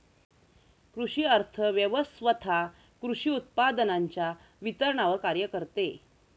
कृषी अर्थव्यवस्वथा कृषी उत्पादनांच्या वितरणावर कार्य करते